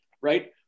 right